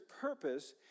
purpose